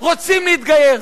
רוצים להתגייר.